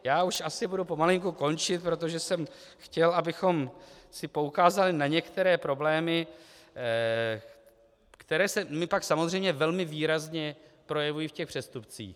Já už asi budu pomalinku končit, protože jsem chtěl, abychom si poukázali na některé problémy, které se pak samozřejmě velmi výrazně projevují v těch přestupcích.